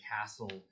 castle